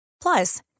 Plus